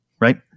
Right